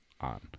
on